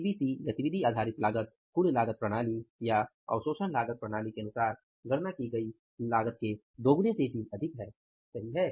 ABC लागत कुल लागत प्रणाली या अवशोषण लागत प्रणाली के अनुसार गणना की गई लागत के दोगुने से भी अधिक है सही है